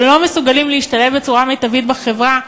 שלא מסוגלים להשתלב בצורה מיטבית בחברה,